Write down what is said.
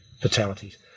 fatalities